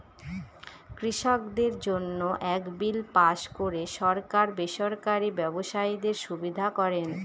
কৃষকদের জন্য এক বিল পাস করে সরকার বেসরকারি ব্যবসায়ীদের সুবিধা করেন